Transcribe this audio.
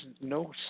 no